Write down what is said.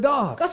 God